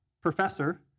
professor